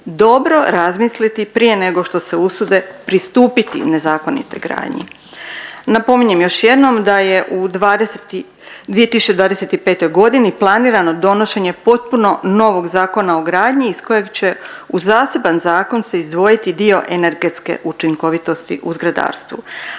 dobro razmisliti prije nego što se usude pristupiti nezakonitoj gradnji. Napominjem još jednom da je u 2025.g. planirano donošenje potpuno novog Zakona o gradnji iz kojeg će u zaseban zakon se izdvojiti dio energetske učinkovitosti u zgradarstvu,